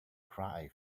cry